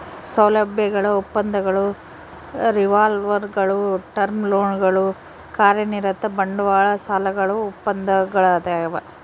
ಸೌಲಭ್ಯಗಳ ಒಪ್ಪಂದಗಳು ರಿವಾಲ್ವರ್ಗುಳು ಟರ್ಮ್ ಲೋನ್ಗಳು ಕಾರ್ಯನಿರತ ಬಂಡವಾಳ ಸಾಲಗಳು ಒಪ್ಪಂದಗಳದಾವ